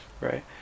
right